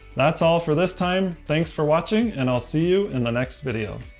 that's all for this time, thanks for watching, and i'll see you in the next video.